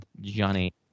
Johnny